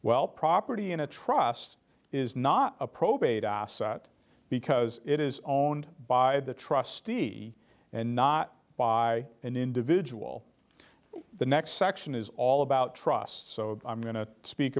well property in a trust is not a probate asset because it is owned by the trustee and not by an individual the next section is all about trust so i'm going to speak